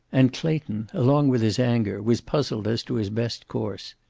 and clayton, along with his anger, was puzzled as to his best course.